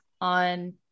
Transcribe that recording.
on